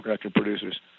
producers